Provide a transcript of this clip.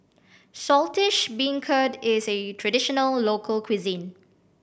Saltish Beancurd is a traditional local cuisine